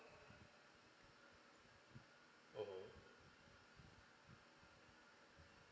mmhmm